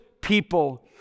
people